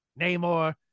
Namor